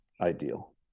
ideal